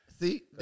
See